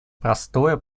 простое